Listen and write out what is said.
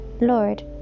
Lord